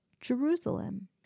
Jerusalem